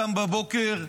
קם בבוקר,